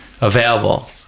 available